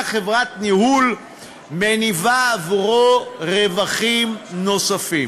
חברת ניהול מניבה עבורו רווחים נוספים.